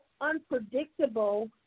unpredictable